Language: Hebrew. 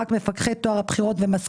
רק העלות של מפקחי טוהר הבחירות ומזכיר